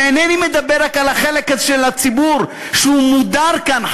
ואינני מדבר רק על החלק של הציבור שהוא מודר כאן,